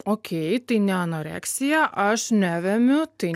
ok tai ne anoreksija aš nevemiu tai